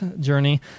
Journey